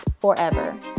forever